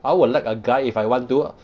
I will like a guy if I want to